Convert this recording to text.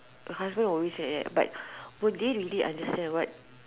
a husband will always say like that but will they really understand what